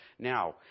Now